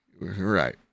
right